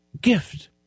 gift